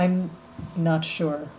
i'm not sure